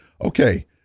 Okay